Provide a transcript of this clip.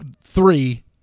three